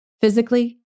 Physically